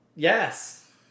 Yes